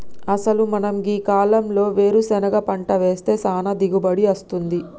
అసలు మనం గీ కాలంలో వేరుసెనగ పంట వేస్తే సానా దిగుబడి అస్తుంది